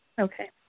Okay